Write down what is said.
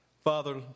Father